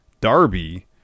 Darby